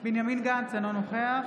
בנימין גנץ, אינו נוכח